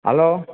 hello